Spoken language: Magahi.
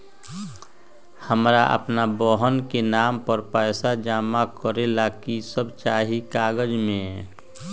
हमरा अपन बहन के नाम पर पैसा जमा करे ला कि सब चाहि कागज मे?